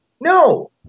No